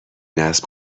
نصب